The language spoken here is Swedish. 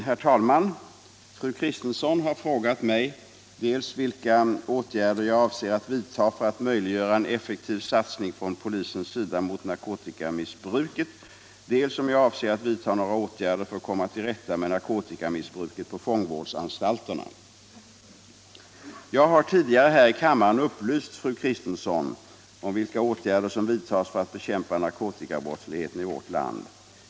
Herr talman! Fru Kristensson har frågat mig dels vilka åtgärder jag avser att vidta för att möjliggöra en effektiv satsning från polisens sida mot narkotikamissbruket, dels om jag avser att vidta några åtgärder för att komma till rätta med narkotikamissbruket på fångvårdsanstalterna. Jag har tidigare här i kammaren upplyst fru Kristensson om vilka åtgärder som vidtas för att bekämpa narkotikabrottsligheten i vårt land.